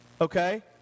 okay